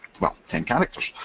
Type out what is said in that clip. well, ten characters.